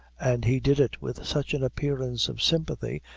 and he did it with such an appearance of sympathy,